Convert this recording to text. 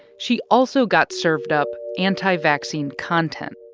she also got served up anti-vaccine content.